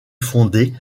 fondée